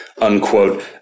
unquote